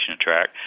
track